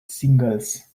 singles